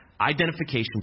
identification